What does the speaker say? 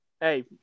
Hey